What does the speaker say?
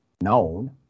known